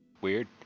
weird